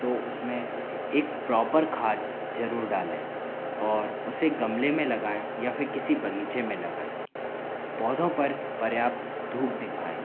तो उसमें एक प्रॉपर खाद ज़रूर डालें और उसे गमले में लगाएँ या फिर किसी बगीचे में लगाएँ पौधों पर पर्याप्त धूप दिखाएँ